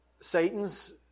Satan's